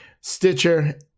Stitcher